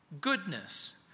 goodness